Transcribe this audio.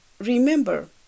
Remember